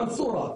במנסורה,